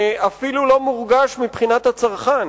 אפילו לא מורגש מבחינת הצרכן,